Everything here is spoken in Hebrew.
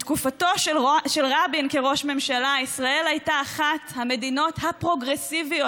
בתקופתו של רבין כראש ממשלה ישראל הייתה אחת המדינות הפרוגרסיביות,